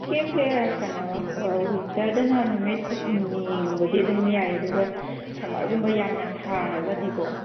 ꯀꯦꯛꯁꯦ ꯀꯩꯅꯣ ꯋꯤꯟꯇꯔꯗꯅ ꯅꯨꯃꯤꯠ ꯍꯨꯝꯅꯤꯒꯨꯝꯕꯗꯤ ꯑꯗꯨꯝ ꯌꯥꯏ ꯑꯗꯨꯒ ꯁꯝꯃꯔꯒꯨꯝꯕ ꯌꯥꯝꯅ ꯁꯥꯔꯒꯗꯤꯀꯣ